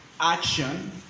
action